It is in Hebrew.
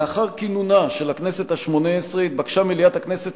לאחר כינונה של הכנסת השמונה-עשרה התבקשה מליאת הכנסת